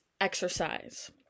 exercise